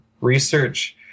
research